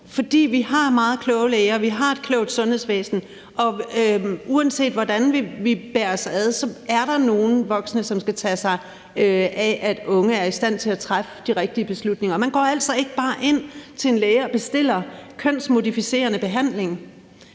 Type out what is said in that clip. fordi vi har meget kloge læger, vi har et klogt sundhedsvæsen, og uanset hvordan vi bærer os ad, er der nogle voksne, som skal tage sig af, at unge er i stand til at træffe de rigtige beslutninger. Man går altså ikke bare ind til en læge og bestiller kønsmodificerende behandling.